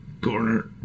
corner